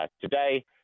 today